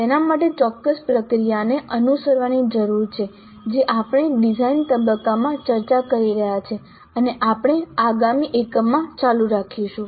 તેના માટે ચોક્કસ પ્રક્રિયાને અનુસરવાની જરૂર છે જે આપણે ડિઝાઇન તબક્કામાં ચર્ચા કરી રહ્યા છીએ અને આપણે આગામી એકમમાં આ ચાલુ રાખીશું